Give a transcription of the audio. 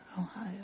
Ohio